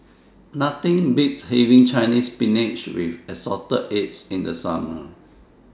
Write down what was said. Nothing Beats having Chinese Spinach with Assorted Eggs in The Summer